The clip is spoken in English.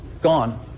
Gone